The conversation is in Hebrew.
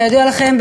כידוע לכם,